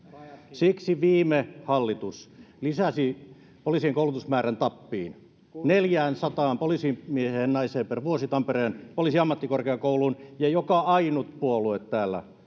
siksi viime hallitus lisäsi poliisien koulutusmäärän tappiin neljäänsataan poliisimieheen ja naiseen per vuosi tampereen poliisiammattikorkeakouluun ja joka ainut puolue täällä